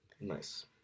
Nice